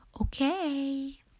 Okay